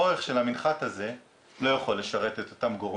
כלומר בהקשר הזה אני מייצג את כלל ראשי